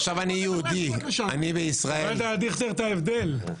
דיכטר, אתה רואה את ההבדל?